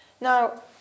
Now